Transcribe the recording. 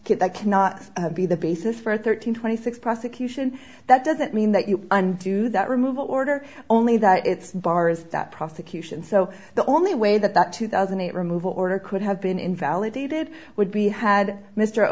get that cannot be the basis for a thirteen twenty six prosecution that doesn't mean that you undo that removal order only that it's bars that prosecution so the only way that that two thousand and eight removal order could have been invalidated would be had mr